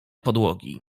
podłogi